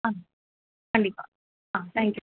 ஆ கண்டிப்பாக ஆ thank you